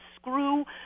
screw